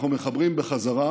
אנחנו מחברים בחזרה,